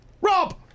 Rob